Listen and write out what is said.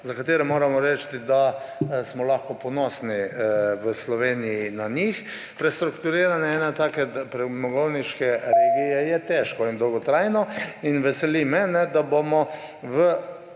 za katere moramo reči, da smo lahko ponosni v Sloveniji na njih. Prestrukturiranje ene take premogovniške regije je težko in dolgotrajno. Veseli me, da bomo v